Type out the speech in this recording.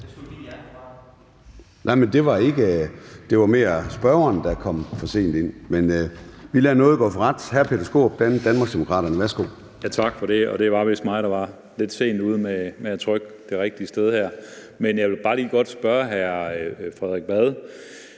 det var mere spørgeren, der kom for sent ind. Men vi lader nåde gå for ret. Hr. Peter Skaarup, Danmarksdemokraterne. Værsgo. Kl. 17:08 Peter Skaarup (DD): Tak for det, og det var vist mig, der var lidt sent ude med at trykke det rigtige sted her. Men jeg vil bare lige godt spørge hr. Frederik Vad